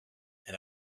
and